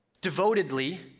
devotedly